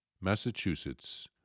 Massachusetts